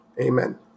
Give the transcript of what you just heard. Amen